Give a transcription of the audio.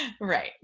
Right